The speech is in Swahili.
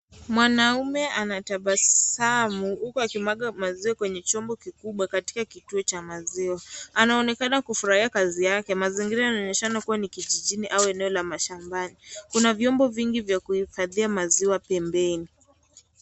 Mwanaume anatabasamu huku akimwaga maziwa kwenye chombo kikubwa katika kituo cha maziwa. Anaonekana kufurahia kazi yake. Mazingira yanaonyeshana kuwa ni kijijini au eneo la mashambani. Kuna vyombo vingi vya kuhifadhia maziwa pembeni.